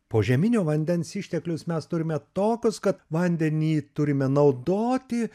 požeminio vandens išteklius mes turime tokius kad vandenį turime naudoti